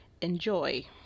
enjoy